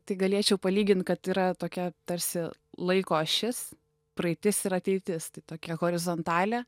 tai galėčiau palygint kad yra tokia tarsi laiko ašis praeitis ir ateitis tai tokia horizontalė